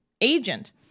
agent